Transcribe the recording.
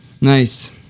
Nice